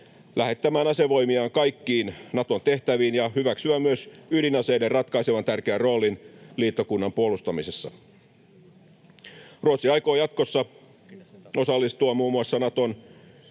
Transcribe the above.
lähettämään asevoimiaan kaikkiin Naton tehtäviin ja hyväksymään myös ydinaseiden ratkaisevan tärkeän roolin liittokunnan puolustamisessa. Ruotsi aikoo jatkossa osallistua muun muassa Naton